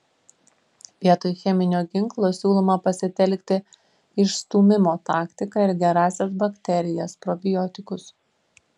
vietoj cheminio ginklo siūloma pasitelkti išstūmimo taktiką ir gerąsias bakterijas probiotikus